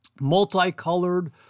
multicolored